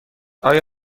آیا